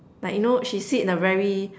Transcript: like you know she sit in a very